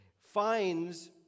finds